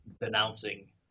denouncing